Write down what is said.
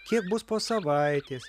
kiek bus po savaitės